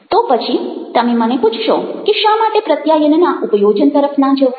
તો પછી તમે મને પૂછશો કે શા માટે પ્રત્યાયનના ઉપયોજન તરફ ના જવું